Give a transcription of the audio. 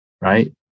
right